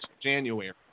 January